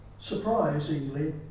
surprisingly